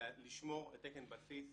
אלא לשמור תקן בסיס